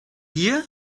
hier